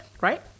Right